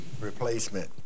replacement